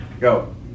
go